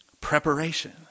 preparation